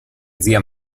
zia